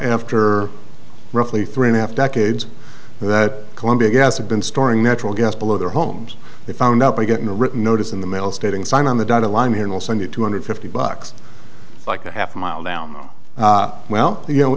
after roughly three and a half decades that columbia gas had been storing natural gas below their homes they found out by getting a written notice in the mail stating sign on the dotted line here we'll send you two hundred fifty bucks like a half mile down well you know